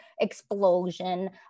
explosion